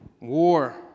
war